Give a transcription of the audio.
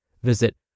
Visit